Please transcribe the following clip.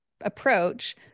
approach